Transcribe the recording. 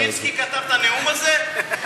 ז'בוטינסקי כתב את הנאום הזה?